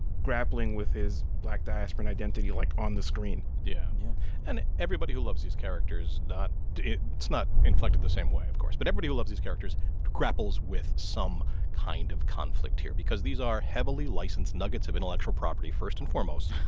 grappling with his black diasporan identity, like, on the screen yeah yeah and everybody who loves these characters not it's not inflected the same way, of course. but everybody who loves these characters grapples with some kind of conflict here because these are heavily-licensed nuggets of intellectual property, first and foremost.